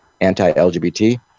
anti-LGBT